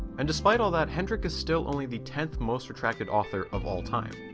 and despite all that hendrik is still only the tenth most retracted author of all time.